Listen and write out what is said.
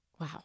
Wow